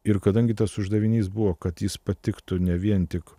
ir kadangi tas uždavinys buvo kad jis patiktų ne vien tik